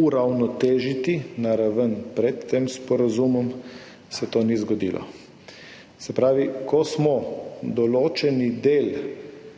uravnotežiti na raven pred tem sporazumom, se to ni zgodilo. Se pravi, ko smo določeni del